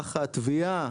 התביעה,